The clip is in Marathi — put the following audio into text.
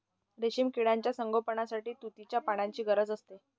रेशीम किड्यांच्या संगोपनासाठी तुतीच्या पानांची गरज असते